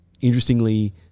Interestingly